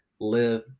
live